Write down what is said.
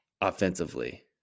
offensively